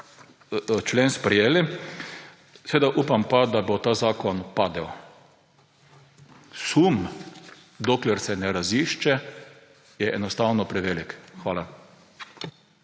člen sprejeli. Seveda upam pa, da bo ta zakon padel. Sum, dokler se ne razišče, je enostavno prevelik. Hvala.